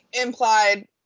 implied